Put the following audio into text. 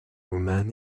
woman